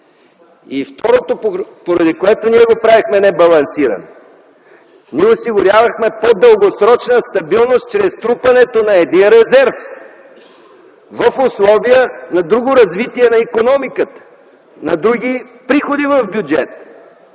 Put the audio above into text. Второто, поради което ние го правехме небалансиран. Ние осигурявахме по-дългосрочна стабилност чрез трупането на резерв в условия на друго развитие на икономиката, на други приходи в бюджета.